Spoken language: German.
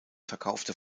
verkaufte